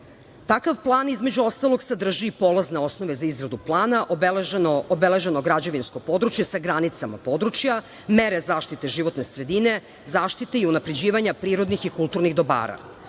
Takav plan, između ostalog, sadrži i polazne osnove za izradu plana, obeleženo građevinsko područje sa granicama područja, mere zaštite životne sredine, zaštitu i unapređivanje prirodnih i kulturnih dobara.